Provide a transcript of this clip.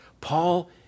Paul